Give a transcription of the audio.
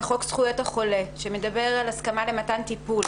לחוק זכויות החולה שמדבר על הסכמה למתן טיפול.